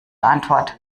antwort